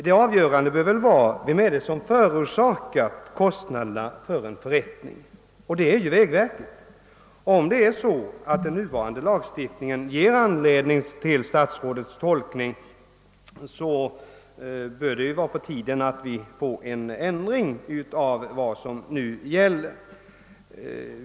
Det avgörande bör väl vara vem som förorsakat kostnaderna för en förrättning, och det är ju vägverket. Om den nuvarande lagstiftningen ger anledning till statsrådets tolkning, bör det vara på tiden att vi får en ändring av vad som nu gäller.